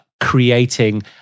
creating